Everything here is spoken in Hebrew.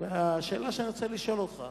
והשאלה שאני רוצה לשאול אותך,